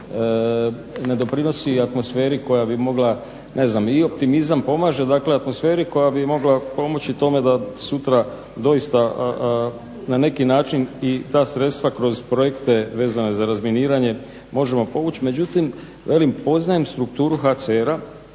ne doprinosi atmosferi koja bi mogla, ne znam, i optimizam pomaže dakle atmosferi koja bi mogla pomoći tome da sutra doista na neki način i ta sredstva kroz projekte vezana za razminiranje možemo povući, međutim, velim poznajem strukturu HCR-a,